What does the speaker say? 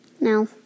No